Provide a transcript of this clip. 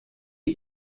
est